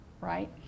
right